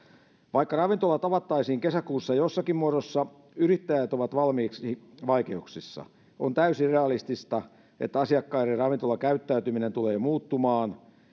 vaikka ravintolat avattaisiin kesäkuussa jossakin muodossa yrittäjät ovat valmiiksi vaikeuksissa on täysin realistista että asiakkaiden ravintolakäyttäytyminen tulee muuttumaan